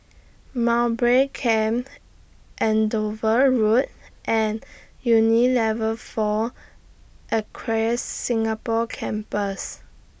Mowbray Camp Andover Road and Unilever four Acres Singapore Campus